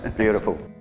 beautiful.